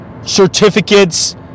certificates